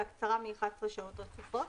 והקצרה מ- 11 שעות רצופות,